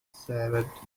sewed